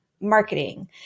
marketing